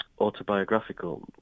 autobiographical